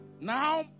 now